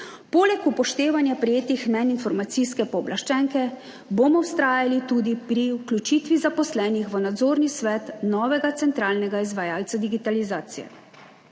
Poleg upoštevanja prejetih mnenj informacijske pooblaščenke bomo vztrajali tudi pri vključitvi zaposlenih v nadzorni svet novega centralnega izvajalca digitalizacije.